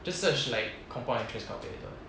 just search like compound interest calculator